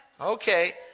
Okay